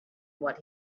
what